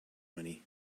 money